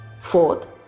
Fourth